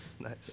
Nice